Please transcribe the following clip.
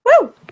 Woo